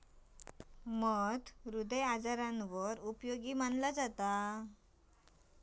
मधाक हृदय आजारांवर उपयोगी मनाला जाता